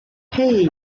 hey